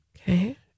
Okay